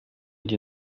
die